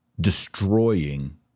destroying